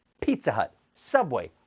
pizza hut, subway,